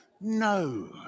No